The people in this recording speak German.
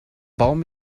baum